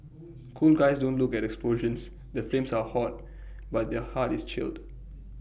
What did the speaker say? cool guys don't look at explosions the flames are hot but their heart is chilled